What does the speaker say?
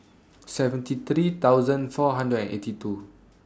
seventy three thousand four hundred and eighty two